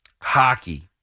hockey